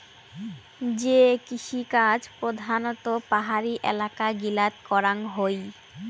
যে কৃষিকাজ প্রধানত পাহাড়ি এলাকা গিলাত করাঙ হই